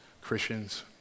Christians